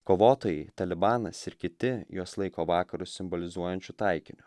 kovotojai talibanas ir kiti juos laiko vakarus simbolizuojančiu taikiniu